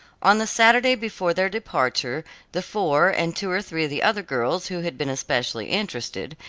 on the saturday before their departure the four, and two or three of the other girls who had been especially interested,